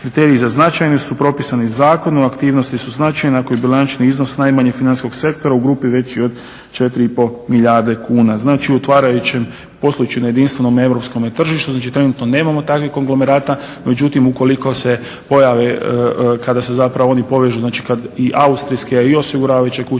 Kriteriji za značajne su propisani zakonom, aktivnosti su značajne ako je bilančani iznos najmanjeg financijskog sektora u grupi veći od 4,5 milijarde kuna. Znači u otvarajućem, poslujući na jedinstvenom europskom tržištu znači trenutno nemamo takvih konglomerata. Međutim ukoliko se pojave, kada se zapravo oni povežu znači kada i Austrijske i osiguravajuće kuće